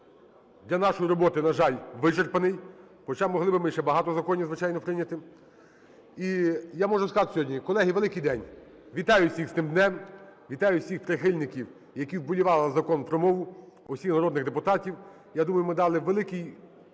для нашої роботи, на жаль, вичерпаний, хоча могли би ми ще багато законів, звичайно, прийняти. І я можу сказати, сьогодні, колеги, великий день. Вітаю всіх з тим днем! Вітаю всіх прихильників, які вболівали за Закон про мову, усіх народних депутатів! Я думаю, ми дали великий світлий